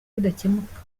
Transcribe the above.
bidakemuka